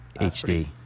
HD